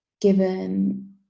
given